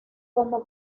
como